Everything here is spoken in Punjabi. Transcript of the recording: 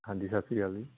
ਹਾਂਜੀ ਸਤਿ ਸ਼੍ਰੀ ਅਕਾਲ ਜੀ